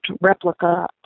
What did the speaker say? replica